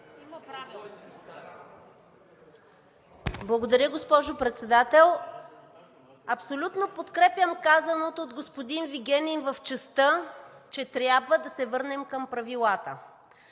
(ГЕРБ-СДС): Благодаря, госпожо Председател. Абсолютно подкрепям казаното от господин Вигенин в частта, че трябва да се върнем към правилата.